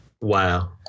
Wow